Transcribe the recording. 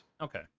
Okay